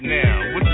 now